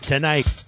Tonight